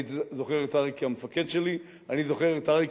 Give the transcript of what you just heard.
אני זוכר את אריק כמפקד שלי, אני זוכר את אריק